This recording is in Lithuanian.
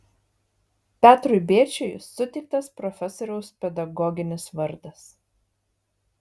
petrui bėčiui suteiktas profesoriaus pedagoginis vardas